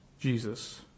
Jesus